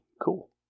Cool